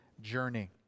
journey